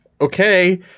Okay